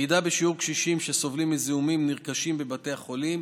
3. ירידה בשיעור הקשישים שסובלים מזיהומים נרכשים בבתי החולים